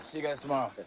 you guys tomorrow.